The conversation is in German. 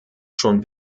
schon